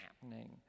happening